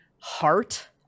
heart